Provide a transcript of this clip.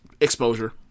exposure